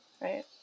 Right